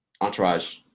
Entourage